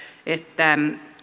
että